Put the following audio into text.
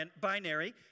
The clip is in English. binary